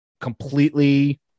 completely